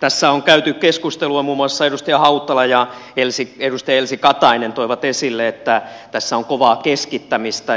tässä on käyty keskustelua ja muun muassa edustaja hautala ja edustaja elsi katainen toivat esille että tässä on kovaa keskittämistä